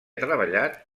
treballat